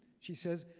she says,